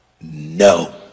no